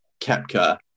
Kepka